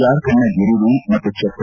ಜಾರ್ಖಂಡ್ನ ಗಿರಿಧಿ ಮತ್ತು ಛತ್ರ